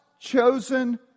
chosen